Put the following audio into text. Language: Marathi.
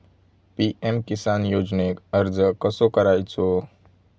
पी.एम किसान योजनेक अर्ज कसो करायचो?